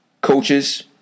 coaches